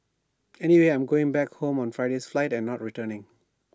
anyway I'm going back home on Friday's flight and not returning